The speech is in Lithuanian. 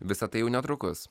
visa tai jau netrukus